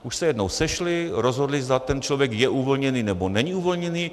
Už se jednou sešli, rozhodli, zda ten člověk je uvolněný, nebo není uvolněný.